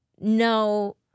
No